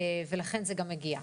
ולכן זה גם מגיע.